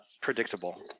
predictable